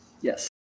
Yes